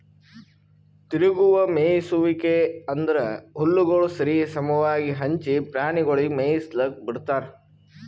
ತಿರುಗುವ ಮೇಯಿಸುವಿಕೆ ಅಂದುರ್ ಹುಲ್ಲುಗೊಳ್ ಸರಿ ಸಮವಾಗಿ ಹಂಚಿ ಪ್ರಾಣಿಗೊಳಿಗ್ ಮೇಯಿಸ್ಲುಕ್ ಬಿಡ್ತಾರ್